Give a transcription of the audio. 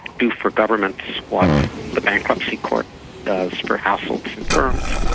do for governments what the bankruptcy court does for households and firms.